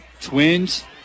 Twins